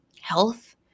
health